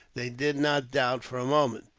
they did not doubt for a moment.